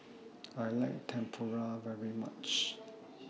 I like Tempura very much